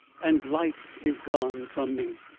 and life is gone from me.